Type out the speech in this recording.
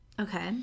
okay